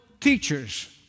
teachers